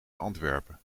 antwerpen